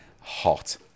hot